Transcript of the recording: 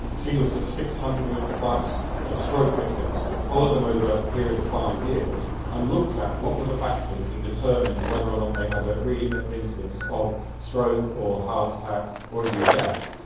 she looked at six hundred plus ah stroke victims, followed them over a period of five years and looked at what were the factors that determined whether or not they had a re-incidence of stroke or heart attack or indeed death.